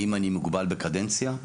האם אני מוגבל בקדנציה?